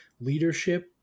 leadership